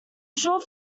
short